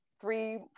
three